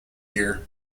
year